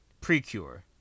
Precure